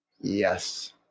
Yes